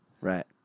right